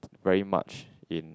very much in